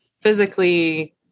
physically